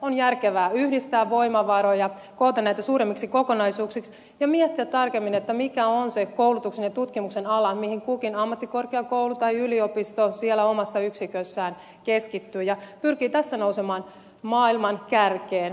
on järkevää yhdistää voimavaroja koota näitä suuremmiksi kokonaisuuksiksi ja miettiä tarkemmin mikä on se koulutuksen ja tutkimuksen ala mihin kukin ammattikorkeakoulu tai yliopisto siellä omassa yksikössään keskittyy ja pyrkii tässä nousemaan maailman kärkeen